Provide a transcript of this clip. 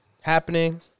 Happening